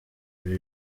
ari